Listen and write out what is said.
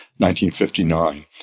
1959